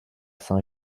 saint